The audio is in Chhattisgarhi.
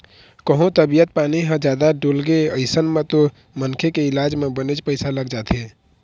कहूँ तबीयत पानी ह जादा डोलगे अइसन म तो मनखे के इलाज म बनेच पइसा लग जाथे